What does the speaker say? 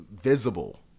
visible